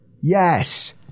Yes